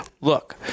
look